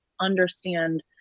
understand